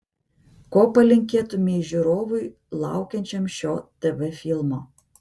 ko palinkėtumei žiūrovui laukiančiam šio tv filmo